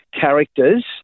characters